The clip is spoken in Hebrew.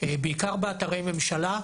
בעיקר באתרי ממשלה,